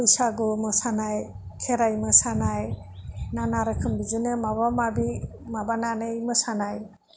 बैसागु मोसानाय खेराइ मोसानाय बायदि रोखोम बिदिनो माबा माबि माबानानै मोसानाय